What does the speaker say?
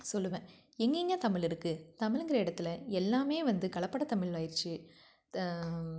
சொல்லுவேன் எங்கெங்கே தமிழ் இருக்குது தமிழுங்கற இடத்துல எல்லாமே வந்து கலப்பட தமிழ் ஆகிருச்சு